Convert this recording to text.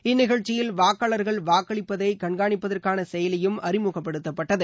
இந்நிகழ்ச்சியில் வாக்காளர்கள் வாக்களிப்பதைகண்காணிப்பதற்கானசெயலியும் அறிமுகப்படுத்தப்பட்டது